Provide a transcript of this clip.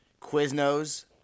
Quiznos